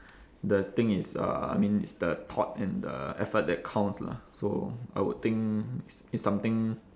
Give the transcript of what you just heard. the thing is uh I mean it's the thought and the effort that counts lah so I would think it's it's something